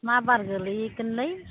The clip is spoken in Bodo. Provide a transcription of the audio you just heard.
मा बार गोग्लैगोनलै